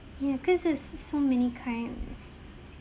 ya cause there's so many crimes